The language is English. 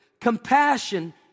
Compassion